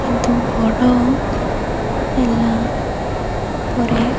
କିନ୍ତୁ ବଡ଼ ହେଲା ପରେ